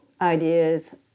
ideas